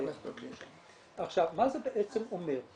מה זה בעצם אומר?